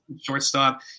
shortstop